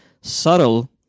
subtle